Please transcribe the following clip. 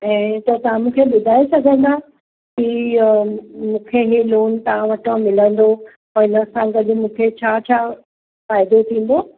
ऐं त तव्हां मूंखे ॿुधाइ सघंदा की मूंखे हीअ लोन तव्हां वटो मिलंदो पोइ हिन सां गॾु मूंखे छा छा फ़ाइदो थींदो